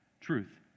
truth